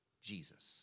Jesus